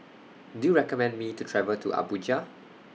Do YOU recommend Me to travel to Abuja